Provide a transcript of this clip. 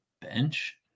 bench